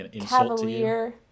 cavalier